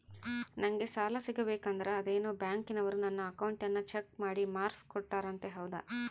ನಂಗೆ ಸಾಲ ಸಿಗಬೇಕಂದರ ಅದೇನೋ ಬ್ಯಾಂಕನವರು ನನ್ನ ಅಕೌಂಟನ್ನ ಚೆಕ್ ಮಾಡಿ ಮಾರ್ಕ್ಸ್ ಕೊಡ್ತಾರಂತೆ ಹೌದಾ?